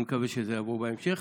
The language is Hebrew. אני מקווה שזה יבוא בהמשך.